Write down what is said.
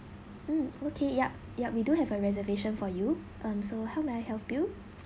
mm okay yup yup we do have a reservation for you um so how may I help you